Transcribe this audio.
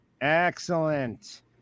Excellent